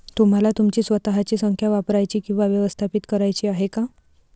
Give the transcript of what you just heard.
तुम्हाला तुमची स्वतःची संख्या वापरायची किंवा व्यवस्थापित करायची आहे का?